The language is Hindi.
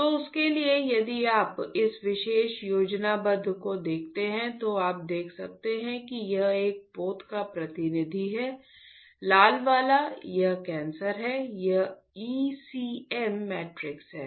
तो उसके लिए यदि आप इस विशेष योजनाबद्ध को देखते हैं तो आप देख सकते हैं कि यह एक पोत का प्रतिनिधि है लाल वाला यह कैंसर है यह ECM मैट्रिक्स है